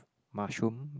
mushroom